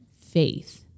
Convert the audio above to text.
faith